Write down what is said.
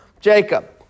Jacob